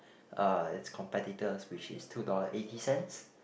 uh it's competitors which is two dollar eighty cents